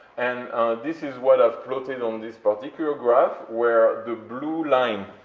and this is what i've plotted on this particular graph, where the blue line,